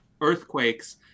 earthquakes